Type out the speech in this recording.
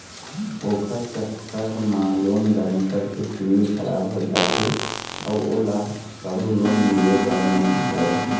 ओखर चक्कर म लोन गारेंटर के सिविल खराब हो जाथे अउ ओला कभू लोन मिले बर नइ धरय